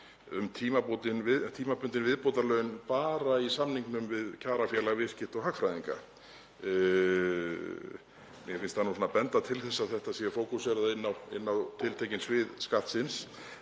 um tímabundin viðbótarlaun bara í samningnum við Kjarafélag viðskiptafræðinga og hagfræðinga. Mér finnst það benda til þess að þetta sé fókuserað inn á tiltekin svið Skattsins.